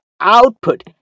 output